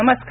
नमस्कार